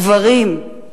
גברים.